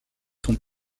sont